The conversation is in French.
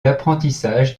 l’apprentissage